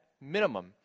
minimum